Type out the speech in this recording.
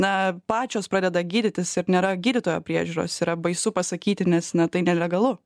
na pačios pradeda gydytis ir nėra gydytojo priežiūros yra baisu pasakyti nes na tai nelegalu